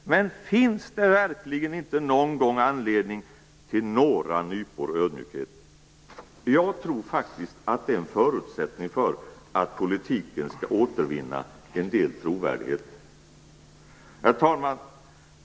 Men finns det verkligen inte någon gång anledning till några nypor ödmjukhet? Jag tror faktiskt att det är en förutsättning för att politiken skall återvinna en del trovärdighet. Herr talman!